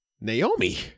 naomi